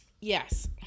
Yes